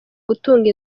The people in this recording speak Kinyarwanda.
gutunga